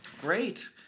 Great